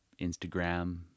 Instagram